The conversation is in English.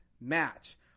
match